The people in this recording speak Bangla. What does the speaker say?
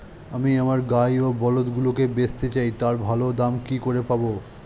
আমি আমার গাই ও বলদগুলিকে বেঁচতে চাই, তার ভালো দাম কি করে পাবো?